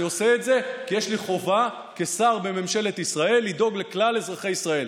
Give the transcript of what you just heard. אני עושה את זה כי יש לי חובה כשר בממשלת ישראל לדאוג לכלל אזרחי ישראל.